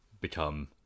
become